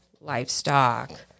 livestock